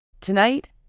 Tonight